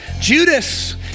Judas